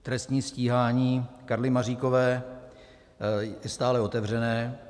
Trestní stíhání Karly Maříkové je stále otevřené.